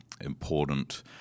important